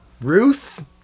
Ruth